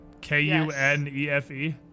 K-U-N-E-F-E